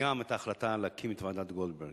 וגם את ההחלטה להקים את ועדת-גולדברג.